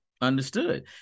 understood